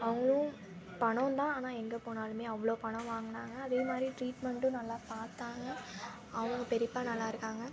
அவங்களும் பணந்தான் ஆனால் எங்கே போனாலுமே அவ்வளோ பணம் வாங்குனாங்க அதேமாதிரி ட்ரீட்மண்ட்டும் நல்லா பார்த்தாங்க அவங்க பெரியப்பா நல்லா இருக்காங்க